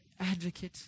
Advocate